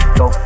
go